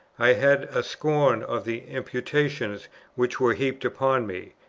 i had a scorn of the imputations which were heaped upon me.